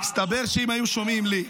הסתבר שאם היו שומעים לי,